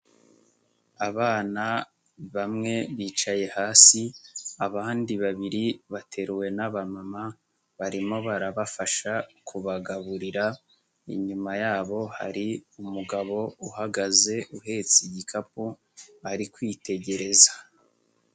Abana bamwe bicaye hasi, abandi babiri bateruwe n'abamama, barimo barabafasha kubagaburira, inyuma yabo hari umugabo uhagaze, uhetse igikapu ari kwitegereza.